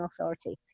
Authority